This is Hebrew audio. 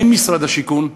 אין משרד השיכון,